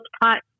pot